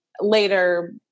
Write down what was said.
later